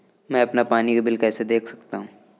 मैं अपना पानी का बिल कैसे देख सकता हूँ?